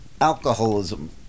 alcoholism